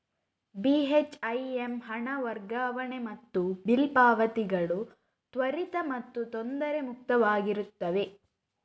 ಬಿ.ಹೆಚ್.ಐ.ಎಮ್ ಹಣ ವರ್ಗಾವಣೆ ಮತ್ತು ಬಿಲ್ ಪಾವತಿಗಳು ತ್ವರಿತ ಮತ್ತು ತೊಂದರೆ ಮುಕ್ತವಾಗಿರುತ್ತವೆ